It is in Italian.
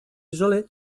isole